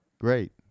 great